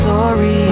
Sorry